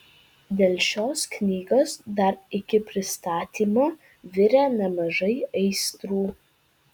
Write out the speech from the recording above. dėl šios knygos dar iki pristatymo virė nemažai aistrų